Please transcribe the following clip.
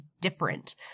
different